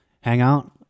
hangout